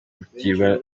ukwigira